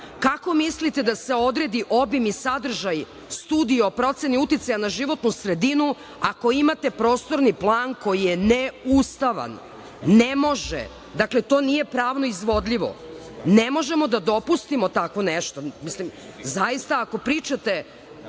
Kako mislite da se odredi obim i sadržaj studije o proceni uticaja na životnu sredinu ako imate prostorni plan koji je neustavan? Ne može. Dakle, to nije pravno izvodljivo. Ne možemo da dopustimo tako nešto. Zaista, ako pričate